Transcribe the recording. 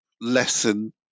lesson